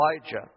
Elijah